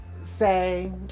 say